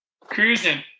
cruising